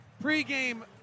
Pre-game